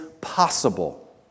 possible